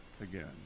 again